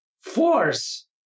force